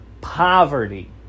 poverty